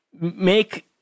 make